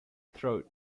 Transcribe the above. throat